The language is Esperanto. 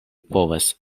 povas